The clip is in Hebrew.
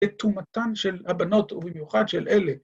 ‫זה תומתן של הבנות, ‫ובמיוחד של אלה,